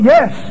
Yes